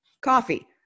Coffee